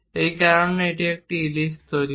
এই কারণে এটি একটি ইলিপ্স তৈরি করে